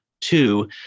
two